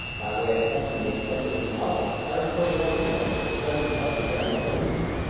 by way of testing the extent of his knowledge, i refer to lord ripon as the present governor-general of india,